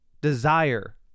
desire